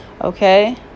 Okay